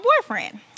boyfriend